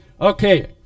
Okay